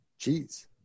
Jeez